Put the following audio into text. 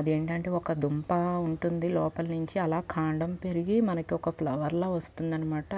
అదేంటంటే ఒక దుంప ఉంటుంది లోపల నుంచి అలా కాండం పెరిగి మనకు ఒక ఫ్లవర్లాగా వస్తుంది అన్నమాట